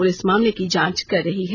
police मामले की जांच कर रही है